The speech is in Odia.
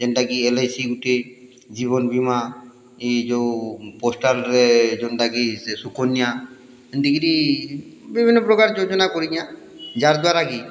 ଯେନ୍ଟାକି ଏଲ୍ ଆଇ ସି ଗୋଟିଏ ଜୀବନ୍ ବୀମା ଇ ଯଉ ପୋଷ୍ଟାଲ୍ରେ ଯେନ୍ଟାକି ସୁକନ୍ୟା ଏନ୍ତିକିରି ବିଭିନ୍ନପ୍ରକାର୍ ଯୋଜନା କରିଚେଁ ଯାର୍ଦ୍ଵାରାକି